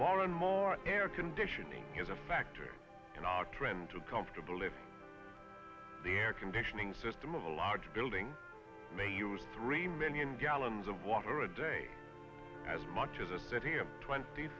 more and more air conditioning is a factor in our trend too comfortable if the air conditioning system of a large building may use three million gallons of water a day as much as a city of twenty